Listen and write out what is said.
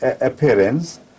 appearance